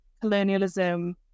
colonialism